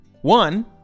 one